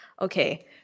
Okay